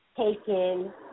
taken